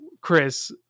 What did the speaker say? Chris